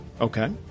okay